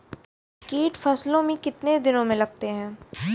कीट फसलों मे कितने दिनों मे लगते हैं?